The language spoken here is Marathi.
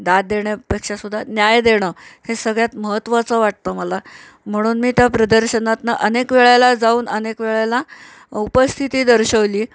दाद देण्यापेक्षासुद्धा न्याय देणं हे सगळ्यात महत्वाचं वाटतं मला म्हणून मी त्या प्रदर्शनातून अनेक वेळेला जाऊन अनेक वेळेला उपस्थिती दर्शवली